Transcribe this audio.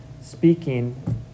speaking